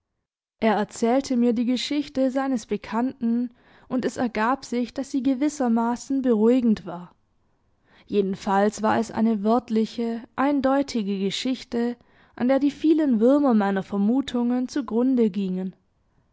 er erzählte mir die geschichte seines bekannten und es ergab sich daß sie gewissermaßen beruhigend war jedenfalls war es eine wörtliche eindeutige geschichte an der die vielen würmer meiner vermutungen zugrunde gingen